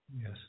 Yes